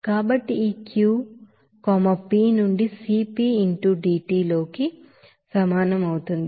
కాబట్టి ఈ Q P నుండి Cp into dT లోకి సమానం అవుతుంది